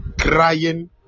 crying